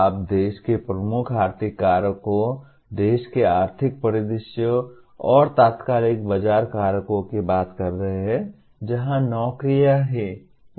आप देश के प्रमुख आर्थिक कारकों देश के आर्थिक परिदृश्य और तात्कालिक बाजार कारकों की बात कर रहे हैं जहां नौकरियां हैं